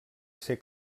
ser